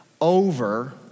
Over